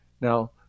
now